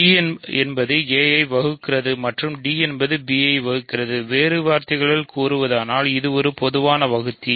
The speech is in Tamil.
dஎன்பது a ஐ வகுக்கிறது மற்றும் d என்பது b ஐ வகுக்கிறது வேறு வார்த்தைகளில் கூறுவதானால் இது ஒரு பொதுவான வகுத்தி